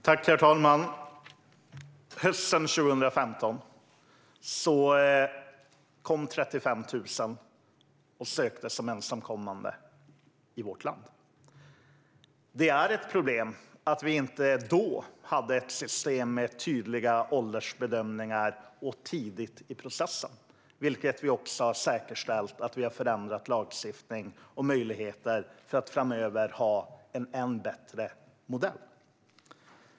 Herr talman! Hösten 2015 kom 35 000 till vårt land och sökte asyl som ensamkommande. Det är ett problem att vi inte då hade ett system med tydliga åldersbedömningar och att de fanns tidigt i processen. Det har vi säkerställt nu och förändrat lagstiftningen så att vi framöver har en bättre modell.